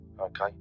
okay